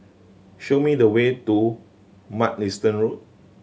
show me the way to Mugliston Road